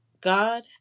God